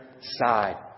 side